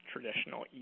traditional